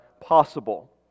possible